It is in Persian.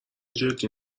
جدی